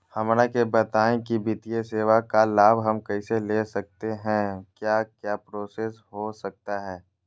हमरा के बताइए की वित्तीय सेवा का लाभ हम कैसे ले सकते हैं क्या क्या प्रोसेस हो सकता है?